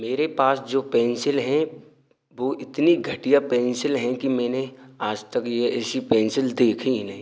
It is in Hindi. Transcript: मेरे पास जो पेंसिल हैं वह इतनी घटिया पेंसिल हैं कि मैंने आज तक यह ऐसी पेंसिल देखी ही नहीं